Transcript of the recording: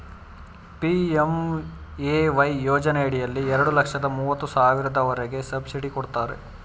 PMAY ಯೋಜನೆಯಲ್ಲಿ ಎರಡು ಲಕ್ಷದ ಮೂವತ್ತು ಸಾವಿರದವರೆಗೆ ಸಬ್ಸಿಡಿ ಕೊಡ್ತಾರೆ